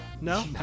No